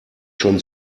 schon